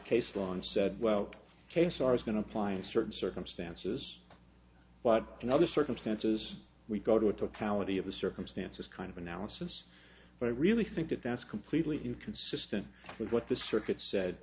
case law and said well cases are going to apply in certain circumstances but in other circumstances we go to a pallet of the circumstances kind of analysis but i really think that that's completely inconsistent with what the circuit said